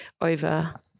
over